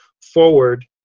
forward